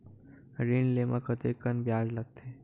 ऋण ले म कतेकन ब्याज लगथे?